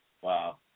Wow